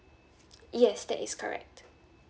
yes that is correct